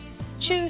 choose